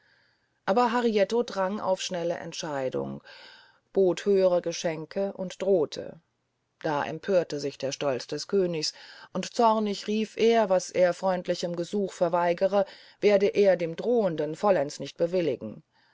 aber harietto drang auf schnellen entschluß bot höhere geschenke und drohte da empörte sich der stolz des königs und zornig rief er was er freundlichem gesuch verweigere werde er dem drohenden vollends nicht bewilligen